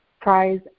prize